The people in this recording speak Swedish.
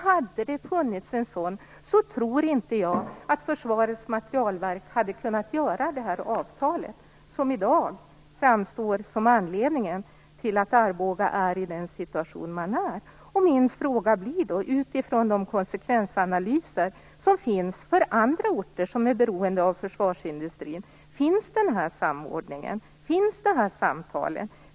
Hade det funnits en sådan tror inte jag att Försvarets materielverk hade kunnat ingå det här avtalet, som i dag framstår som anledningen till att Arboga är i den situation man är. Min fråga blir då, utifrån de konsekvensanalyser som finns för andra orter som är beroende av försvarsindustrin: Finns den här samordningen? Finns samtalen?